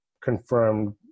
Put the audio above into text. confirmed